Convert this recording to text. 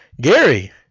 Gary